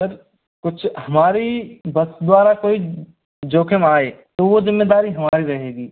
sir कुछ हमारी bus द्वारा कोई जोखिम आए तो वो ज़िम्मेदारी हमारी रहेगी